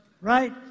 right